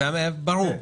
ברור.